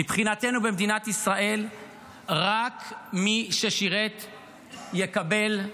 מבחינתנו, במדינת ישראל רק מי ששירת יקבל,